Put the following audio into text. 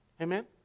Amen